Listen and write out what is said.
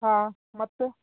ಹಾಂ ಮತ್ತೆ